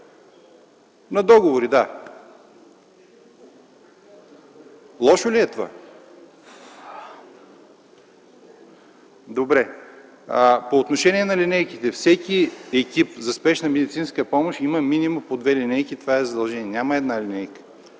на договори. Лошо ли е това? (Реплики.) Добре. По отношение на линейките – всеки екип за спешна медицинска помощ има минимум по две линейки – това е задължение, няма една линейка.